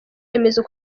remezo